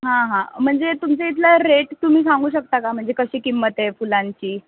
हां हां म्हणजे तुमच्या इथला रेट तुम्ही सांगू शकता का म्हणजे कशी किंमत आहे फुलांची